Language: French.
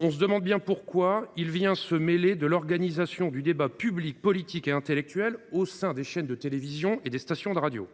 On se demande bien du reste pourquoi celui ci vient se mêler de l’organisation du débat public, politique et intellectuel au sein des chaînes de télévision ou des stations de radio.